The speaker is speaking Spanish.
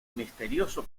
misterioso